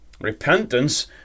Repentance